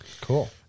cool